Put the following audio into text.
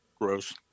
Gross